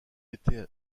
été